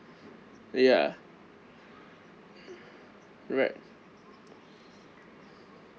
ya right